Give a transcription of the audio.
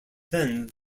then